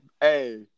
Hey